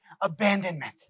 abandonment